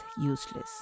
useless